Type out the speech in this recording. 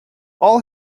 all